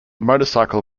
motorcycle